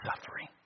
suffering